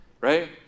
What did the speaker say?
right